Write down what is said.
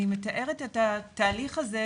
אני מתארת את התהליך הזה,